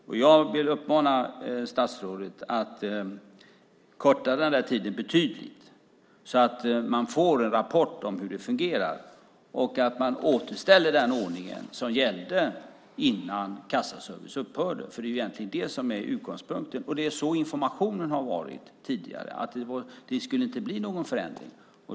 Jag vill uppmana statsrådet att korta den här tiden betydligt, att se till att man får en rapport om hur det fungerar och att återställa den ordning som gällde innan Kassaservice upphörde. Det är egentligen det som är utgångspunkten. Så har informationen varit tidigare - det skulle inte bli någon förändring.